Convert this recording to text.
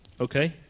Okay